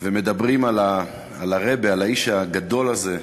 ומדברים על הרבי, על האיש הגדול הזה,